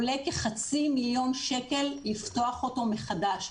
עולה כחצי מיליון שקל לפתוח אותו מחדש.